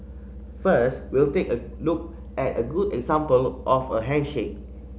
first we'll take a look at a good example of a handshake